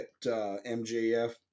MJF